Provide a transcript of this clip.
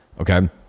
Okay